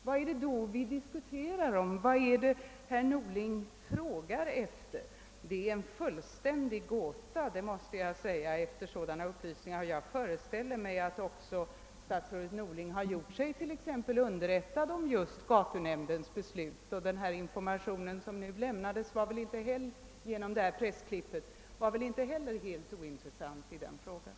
Vad är det då vi diskuterar — vad är det herr Norling frågar efter? Jag måste säga att det är en fullständig gåta — efter sådana upplysningar. Jag föreställer mig att statsrådet Norling har gjort sig underrättad om gatunämndens beslut, och den information som lämnades ge nom pressurklippet var väl inte heller helt ointressant i sammanhanget.